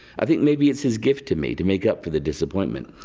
i think maybe it's his gift to me to makeup for the disappointment.